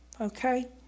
okay